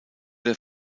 der